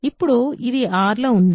ఇప్పుడు ఇది R లో ఉందా